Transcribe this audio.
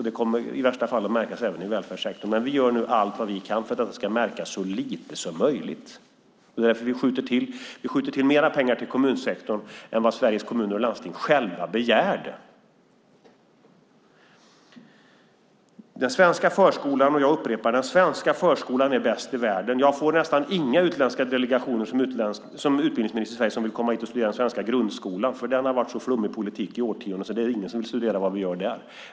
Det kommer i värsta fall att märkas även i välfärdssektorn. Men vi gör nu allt vi kan för att det ska märkas så lite som möjligt. Därför skjuter vi till mer pengar till kommunsektorn än vad Sveriges Kommuner och Landsting själva begärde. Den svenska förskolan är, och jag upprepar det, bäst i världen. Jag får som utbildningsminister nästan inga utländska delegationer som vill komma hit och studera den svenska grundskolan, för där har det varit en så flummig politik i årtionden att ingen vill studera vad vi gör där.